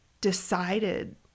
decided